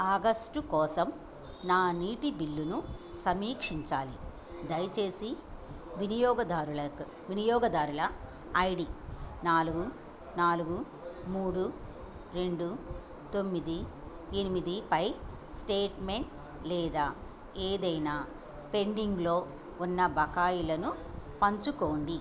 August కోసం నా నీటి బిల్లును సమీక్షించాలి దయచేసి వినియోగదారుల వినియోగదారుల ఐ డీ నాలుగు నాలుగు మూడు రెండు తొమ్మిది ఎనిమిదిపై స్టేట్మెంట్ లేదా ఏదైనా పెండింగ్లో ఉన్న బకాయిలను పంచుకోండి